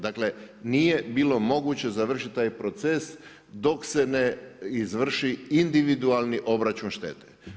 Dakle, nije bilo moguće završiti taj proces dok se ne izvrši individualni obračun štete.